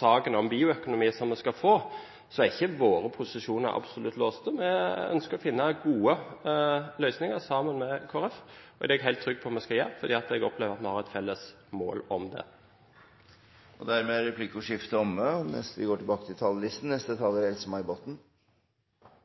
saken om bioøkonomi, er ikke våre posisjoner absolutt låst. Vi ønsker å finne gode løsninger sammen med Kristelig Folkeparti. Det er jeg helt trygg på at vi skal gjøre, for jeg opplever at vi har et felles mål om det. Dermed er replikkordskiftet omme. For Arbeiderpartiet er det å sikre arbeid til alle en hovedprioritet. Dette forutsetter en ansvarlig økonomisk politikk, der oljepengebruken er